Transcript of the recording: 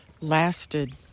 lasted